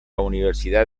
universidad